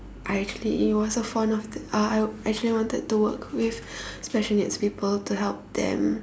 I actually it was a form of uh I actually wanted to work with special needs people to help them